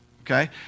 okay